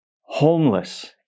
homeless